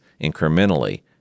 incrementally